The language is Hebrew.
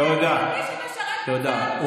איך אתה מעז להגיד שמי שמשרת בצה"ל --- הוא מעז.